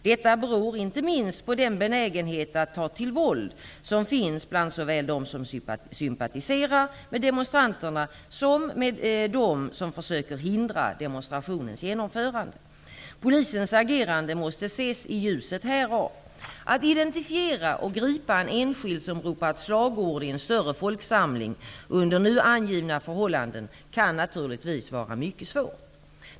Detta beror inte minst på den benägenhet att ta till våld som finns bland såväl dem som sympatiserar med demonstranterna som dem som försöker hindra demonstrationens genomförande. Polisens agerande måste ses i ljuset härav. Att identifiera och gripa en enskild som ropat slagord i en större folksamling under nu angivna förhållanden kan naturligtvis vara mycket svårt.